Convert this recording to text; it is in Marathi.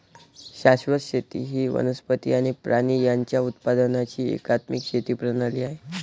शाश्वत शेती ही वनस्पती आणि प्राणी यांच्या उत्पादनाची एकात्मिक शेती प्रणाली आहे